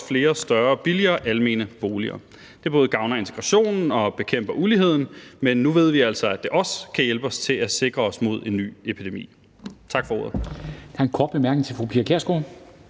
flere større og billigere almene boliger. Det både gavner integrationen og bekæmper uligheden, men nu ved vi altså, at det også kan hjælpe os til at sikre os mod en ny epidemi. Tak for ordet.